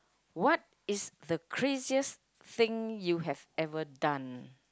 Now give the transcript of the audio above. what is the craziest thing that you have ever done